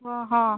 ହଁ ହଁ